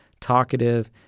talkative